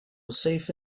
safe